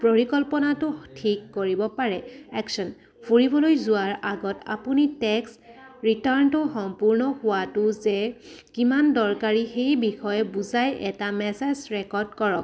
পৰিকল্পনাটো ঠিক কৰিব পাৰে একশ্বন ফুৰিবলৈ যোৱাৰ আগত আপুনি টেক্স ৰিটাৰ্ণটো সম্পূৰ্ণ হোৱাটো যে কিমান দৰকাৰী সেই বিষয়ে বুজাই এটা মেছেজ ৰেকৰ্ড কৰক